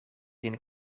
een